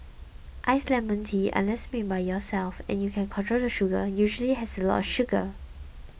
iced lemon tea unless made by yourself and you can control the sugar usually has a lot of sugar